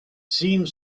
seemed